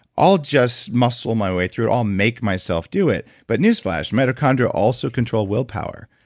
i'll just muscle my way through it, i'll make myself do it. but newsflash, mitochondria also control willpower.